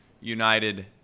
United